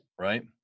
Right